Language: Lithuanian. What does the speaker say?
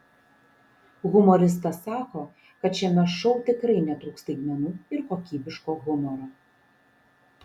humoristas sako kad šiame šou tikrai netrūks staigmenų ir kokybiško humoro